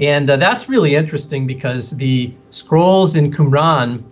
and that's really interesting because the scrolls in qumran